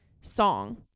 song